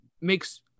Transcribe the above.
makes